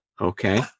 Okay